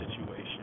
situation